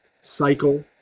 cycle